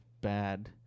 bad